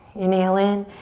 inhale in.